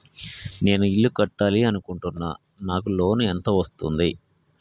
నేను ఇల్లు కట్టాలి అనుకుంటున్నా? నాకు లోన్ ఎంత వస్తది?